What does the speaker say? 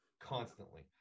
constantly